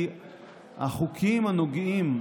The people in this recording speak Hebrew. כי החוקים הנוגעים,